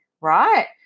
right